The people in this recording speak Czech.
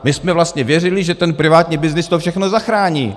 My jsme vlastně věřili, že ten privátní byznys to všechno zachrání.